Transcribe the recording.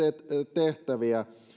tehtäviä